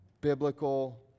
Biblical